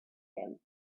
him